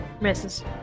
Misses